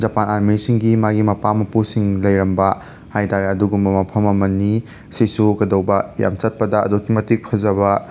Japan ꯂꯥꯟꯃꯤꯁꯤꯡꯒꯤ ꯃꯥꯒꯤ ꯃꯄꯥ ꯃꯄꯨꯁꯤꯡ ꯂꯩꯔꯝꯕ ꯍꯥꯤ ꯇꯥꯔꯦ ꯑꯗꯨꯒꯨꯝꯕ ꯃꯐꯝ ꯑꯃꯅꯤ ꯁꯤꯁꯨ ꯀꯩꯗꯧꯕ ꯌꯥꯝ ꯆꯠꯄꯗ ꯑꯗꯨꯛꯀꯤ ꯃꯇꯤꯛ ꯐꯖꯕ